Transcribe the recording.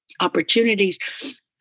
opportunities